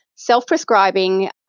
self-prescribing